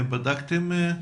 בדקתם?